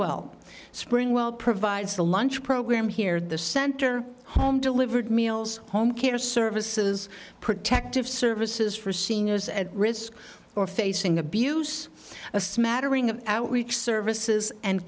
well spring well provides the lunch program here the center home delivered meals home care services protective services for seniors at risk or facing abuse a smattering of outreach services and